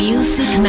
Music